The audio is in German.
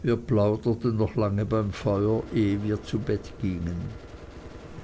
wir plauderten noch lange beim feuer ehe wir zu bett gingen